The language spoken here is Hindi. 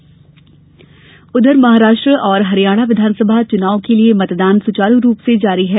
मतदान महाराष्ट्र और हरियाणा विधानसभा चुनाव के लिए मतदान सुचारू रूप से जारी है